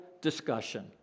discussion